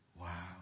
Wow